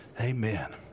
Amen